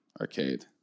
arcade